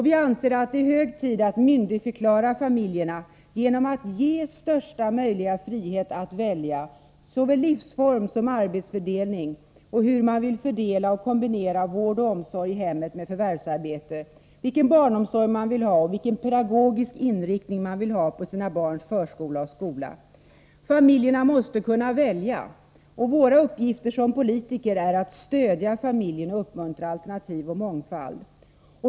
Vi anser att det är hög tid att myndigförklara familjerna genom att ge största möjliga frihet att välja såväl livsform som arbetsfördelning och hur man vill fördela och kombinera vård och omsorg i hemmet med förvärvsarbete, vilken barnomsorg man vill ha och vilken pedagogisk inriktning man vill ha på sina barns förskola och skola. Familjerna måste kunna välja. Våra uppgifter som politiker är att stödja familjen, uppmuntra alternativ och mångfald.